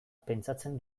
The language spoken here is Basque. pentsatzen